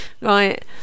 right